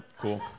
Cool